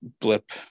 blip